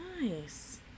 nice